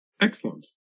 Excellent